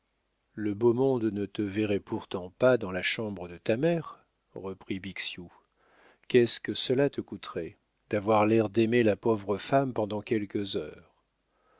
le beau monde ne te verrait pourtant pas dans la chambre de ta mère reprit bixiou qu'est-ce que cela te coûterait d'avoir l'air d'aimer la pauvre femme pendant quelques heures